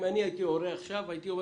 אם אני הורה עכשיו,